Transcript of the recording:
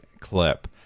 clip